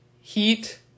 heat